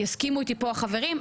ויסכימו איתי פה החברים,